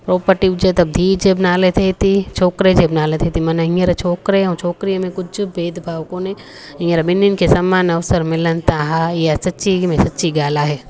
property हुजे त धीअ जे नाले थिए थी छोकिरे जे बि नाले थिए थी माना हींअर छोकिरे ऐं छोकिरीअ में कुझु बि भेदभाव कोने हींअर ॿिन्हिनि खे समानु अवसर मिलनि था हा हीअं सची में सची ॻाल्हि आहे